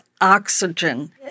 oxygen